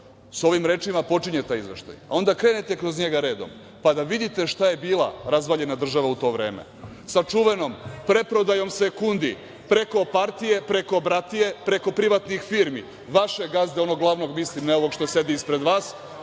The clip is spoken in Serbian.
sa ovim rečima počinje taj izveštaj, a onda krenete kroz njega redom, pa da vidite šta je bila razvaljena država u to vreme, sa čuvenom preprodajom sekundi preko partije, preko bratije, preko privatnih firmi, vašeg gazde, onog glavnog mislim, ne ovog što sedi ispred vas,